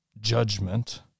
judgment